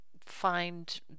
find